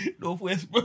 Northwest